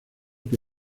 que